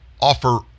offer